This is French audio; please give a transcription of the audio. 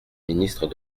ministre